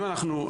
אם אנחנו,